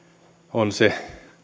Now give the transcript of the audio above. on se